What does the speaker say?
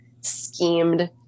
schemed